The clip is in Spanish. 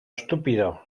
estúpido